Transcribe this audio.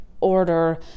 order